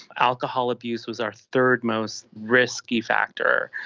alcohol abuse was our third most risky factor,